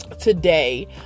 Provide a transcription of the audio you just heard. today